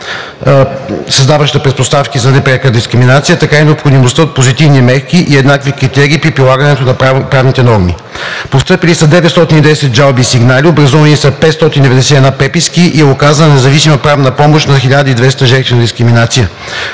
създаваща предпоставки за непряка дискриминация, така и необходимостта от позитивни мерки и еднакви критерии при прилагането на правните норми. Постъпили са 910 жалби и сигнали, образувани са 591 преписки и е оказана независима правна помощ на 1200 жертви на дискриминация.